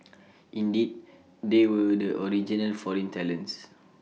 indeed they were the original foreign talents